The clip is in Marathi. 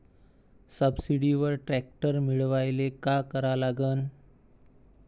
सबसिडीवर ट्रॅक्टर मिळवायले का करा लागन?